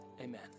Amen